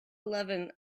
eleven